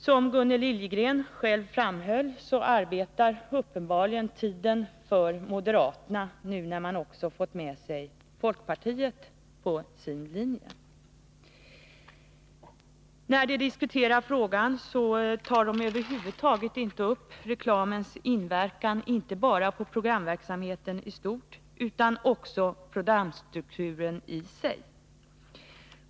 Som Gunnel Liljegren själv framhöll arbetar uppenbarligen tiden för moderaterna, nu när de också har fått med sig folkpartiet på sin linje. När Kerstin Anér och Gunnel Liljegren diskuterar frågan, tar de över huvud taget inte upp den inverkan som reklamen har på såväl programverksamheten i stort som programstrukturen i sig.